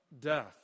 death